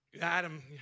Adam